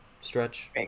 stretch